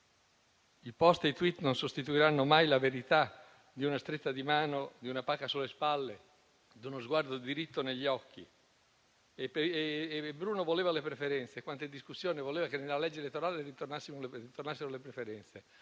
I *post* e i *tweet* non sostituiranno mai la verità di una stretta di mano, di una pacca sulle spalle, di uno sguardo diritto negli occhi. Bruno voleva le preferenze: quante discussioni. Voleva che nella legge elettorale tornassero le preferenze.